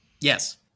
Yes